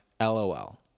LOL